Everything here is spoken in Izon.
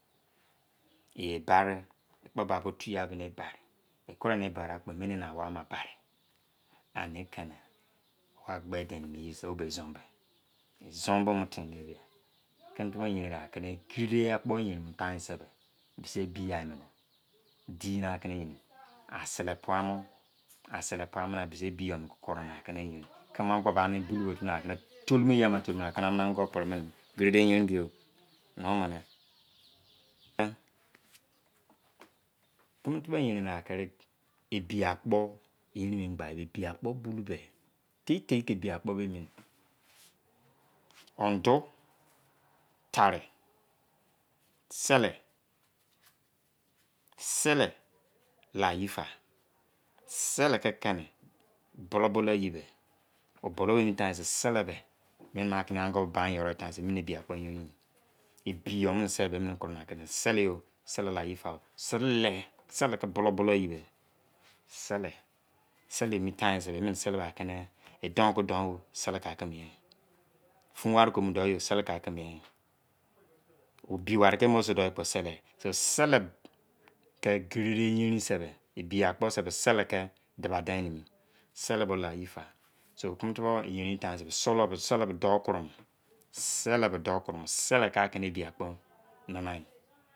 Ye enbari ekpo ba bo tu yai bo be bari e kuroi ni barigha kpo emini ini awoumini bari ani keni agbe dein emi eyese wobe izon be izon be wo mo tinde bia kimi kimi yerin na kini gerede akpo yerin mini tainse bise ebiyai mini di weri aki ni yerin a sele puomo asele puamo da bisi ebi yama ki kore niaki yerin kimi obo bani be bulou bo akimi o bo bani be bulou bo a kini tolumo eye ama tolumo akini mini ango primin mi gere yerin bulou biyo ani o mini kilmi tubou yerin ma kiri ebiakpo yerin yi gba yi bi ebiakpo bulou be tieyi ki ebia kpo bulou be tieyi tieyi ki ebiakpo be emi yan ondu tare sili sili layi fa sili ki kini bulou bulou eyi be o bulou emi tain se sili be nana aki eni ango bain yoro taunse emioni ebi akpo yerin do ebi yo sili layi fa o sili sili ki bulou bulou yi be sili sili emi tains beemini edon ki don o sili kaki mien yi efunwari ki mi dou yi yo sili kaki mien yi efunwari kii mu dou yi mu dou yi yo sili ka ki mien yi ebiwari kiemo suo dey yi kpo sili sili so sili ki perede yerin se be ebiakpo se siliki duba dein mini sili be layi fa so kimi tubuo yerin yi tainse sili be sili be dou kuromo sili be dou kuromo sili ki kai kini ebi akpo nanw nime